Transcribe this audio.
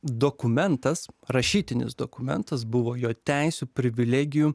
dokumentas rašytinis dokumentas buvo jo teisių privilegijų